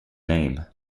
name